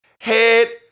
head